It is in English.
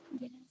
Yes